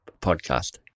podcast